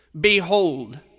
Behold